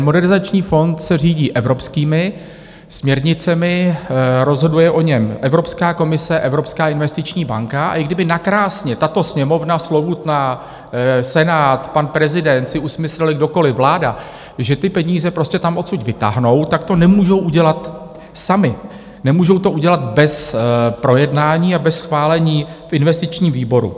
Modernizační fond se řídí evropskými směrnicemi, rozhoduje o něm Evropská komise, Evropská investiční banka, a i kdyby nakrásně tato Sněmovna slovutná, Senát, pan prezident si usmysleli, kdokoliv, vláda, že ty peníze prostě tam odsud vytáhnou, tak to nemůžou udělat sami, nemůžou to udělat bez projednání a bez schválení v investičním výboru.